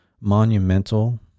monumental